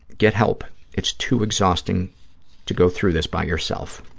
get help. it's too exhausting to go through this by yourself.